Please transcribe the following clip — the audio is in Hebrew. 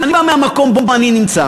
אני בא מהמקום שבו אני נמצא,